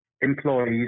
employees